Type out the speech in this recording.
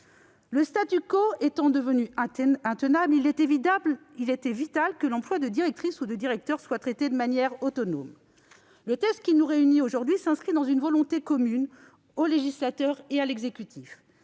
Le étant devenu intenable, il était vital que l'emploi de directrice ou de directeur soit traité de manière autonome. Le texte qui nous réunit aujourd'hui s'inscrit dans une volonté commune du législateur et de l'exécutif